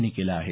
यांनी केलं आहे